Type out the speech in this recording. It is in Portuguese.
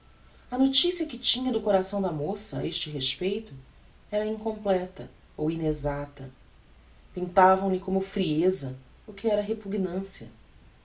a noticia que tinha do coração da moça a este respeito era incompleta ou inexacta pintavam lhe como frieza o que era repugnancia